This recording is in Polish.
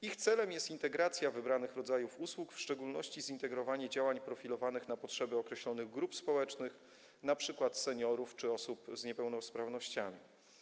Ich celem jest integracja wybranych rodzajów usług, w szczególności zintegrowanie działań profilowanych na potrzeby określonych grup społecznych, np. seniorów czy osób z niepełnosprawnościami.